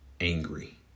angry